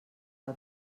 del